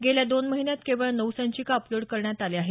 गेल्या दोन महिन्यात केवळ नऊ संचिका अपलोड करण्यात आल्या आहेत